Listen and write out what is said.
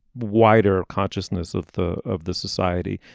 wider consciousness of the of the society.